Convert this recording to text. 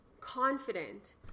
confident